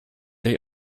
they